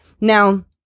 Now